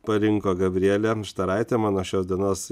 parinko gabrielė štaraitė mano šios dienos